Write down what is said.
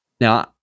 Now